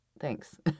thanks